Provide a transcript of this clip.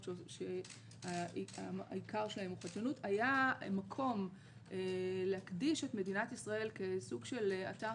היה מקום להקדיש את מדינת ישראל כסוג של אתר